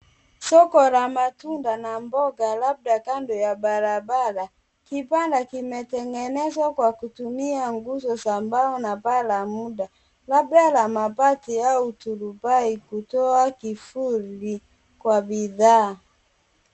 Soko la matunda na mboga labda kando ya barabara. Kibanda kimetengenezwa kwa kutumia nguzo za mbao na paa la muda labda la mabati au turubai kutoa kivuli kwa bidhaa.